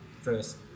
first